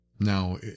Now